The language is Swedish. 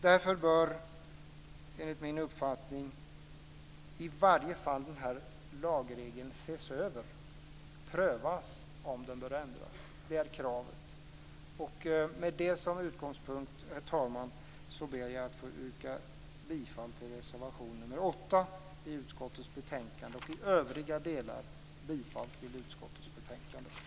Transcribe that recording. Därför bör man enligt min uppfattning i varje fall se över och pröva om den här lagregeln bör ändras. Det är kravet. Med det som utgångspunkt, herr talman, ber jag att få yrka bifall till reservation 8 vid utskottets betänkande och i övriga delar bifall till utskottets hemställan i betänkandet.